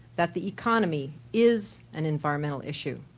that the economy is an environmental issue,